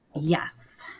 Yes